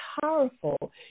powerful